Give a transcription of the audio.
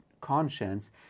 conscience